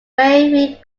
very